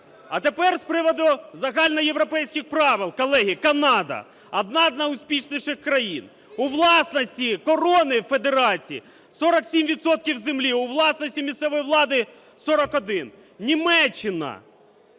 А тепер з приводу загальноєвропейських правил. Колеги, Канада - одна з найуспішніших країн: у власності "корони федерації" 47 відсотків землі, у власності місцевої влади – 41. Німеччина: